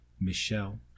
Michelle